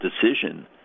decision